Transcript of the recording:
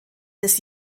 des